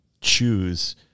choose